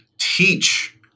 teach